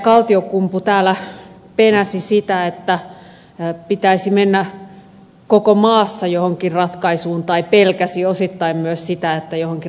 kaltiokumpu penäsi sitä että pitäisi mennä koko maassa johonkin ratkaisuun tai pelkäsi osittain myös sitä että johonkin ratkaisuun mennään